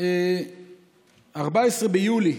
14 ביולי,